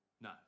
No